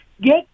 get